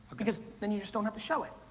because, then you just don't have to show it.